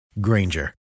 Granger